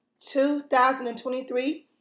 2023